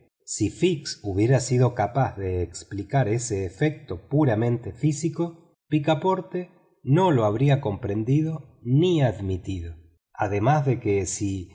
si fix hubiera sido capaz de explicar ese efecto puramente físico picaporte no lo habría comprendido ni admitido además de que si